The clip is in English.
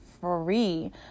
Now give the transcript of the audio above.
free